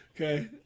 Okay